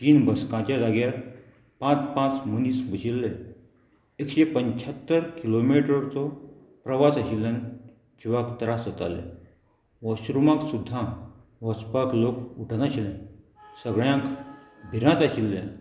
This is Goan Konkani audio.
तीन बसकांचे लागर पांच पांच मनीस बशिल्ले एकशे पंचात्तर किलोमिटरचो प्रवास आशिल्ल्यान जिवाक त्रास जाताले वॉशरुमाक सुद्दां वचपाक लोक उठनाशिल्ले सगळ्यांक भिरांत आशिल्ले